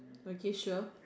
okay sure